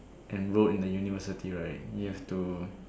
enrolled in the university right you have to